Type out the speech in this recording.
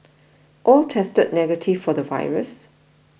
all tested negative for the virus